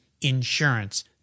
Insurance